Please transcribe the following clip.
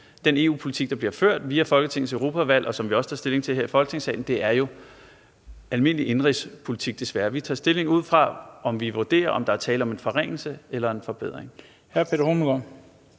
den EU-politik, der bliver ført via Folketingets Europaudvalg, og som vi også tager stilling til her i Folketingssalen, jo er almindelig indenrigspolitik, desværre. Vi tager stilling ud fra, om vi vurderer, at der er tale om en forringelse eller en forbedring. Kl. 18:56 Den fg.